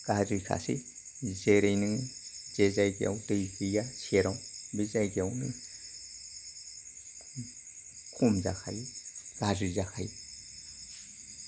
गाज्रि खासै जेरै नों जे जायगायाव दै गैया सेराव बे जायगायावनो खम जाखायो गाज्रि जाखायो